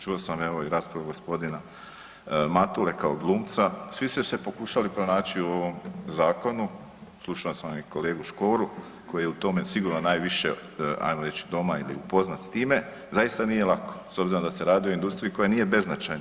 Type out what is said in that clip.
Čuo sam evo i raspravu g. Matule kao glumca, svi su se pokušali pronaći u ovom zakonu, slušao sam i kolegu Škoru koji je u tome sigurno najviše, ajmo reći, doma ili upoznat s time, zaista nije lako s obzirom da se radi o industrija koja nije beznačajna.